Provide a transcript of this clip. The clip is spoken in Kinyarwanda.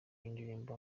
y’indirimbo